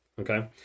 Okay